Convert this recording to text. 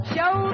Show